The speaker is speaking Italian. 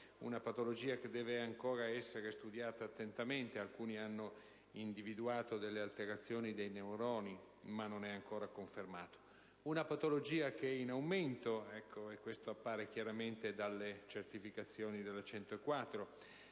una patologia che deve ancora essere studiata attentamente; alcuni hanno individuato delle alterazioni dei neuroni, ma ciò non è ancora confermato. Si tratta di una patologia in aumento: questo appare chiaramente dalle certificazioni relative